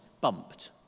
bumped